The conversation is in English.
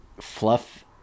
fluff